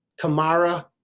kamara